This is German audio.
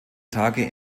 tage